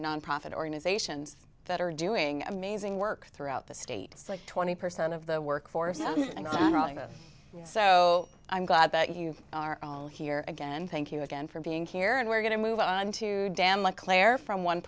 nonprofit organizations that are doing amazing work throughout the state like twenty percent of the workforce so i'm glad that you are all here again thank you again for being here and we're going to move on to dam like claire from one